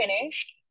finish